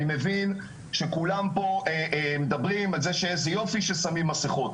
אני מבין שכולם פה מדברים על זה שאיזה יופי ששמים מסכות,